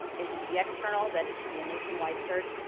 it should be external. that it should be a nationwide search.